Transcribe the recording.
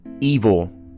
evil